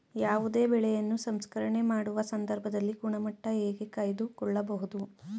ಯಾವುದೇ ಬೆಳೆಯನ್ನು ಸಂಸ್ಕರಣೆ ಮಾಡುವ ಸಂದರ್ಭದಲ್ಲಿ ಗುಣಮಟ್ಟ ಹೇಗೆ ಕಾಯ್ದು ಕೊಳ್ಳಬಹುದು?